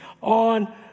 on